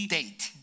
date